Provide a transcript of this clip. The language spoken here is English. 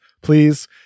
Please